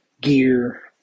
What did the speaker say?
gear